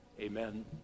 amen